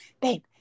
babe